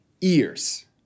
ears